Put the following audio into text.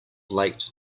late